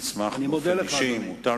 אני מודה לך, אדוני.